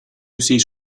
seat